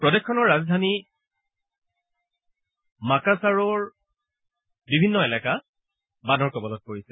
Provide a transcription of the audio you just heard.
প্ৰদেশখনৰ ৰাজধানী মাকাছাৰৰো বিভিন্ন এলেকা বানৰ কবলত পৰিছে